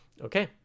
Okay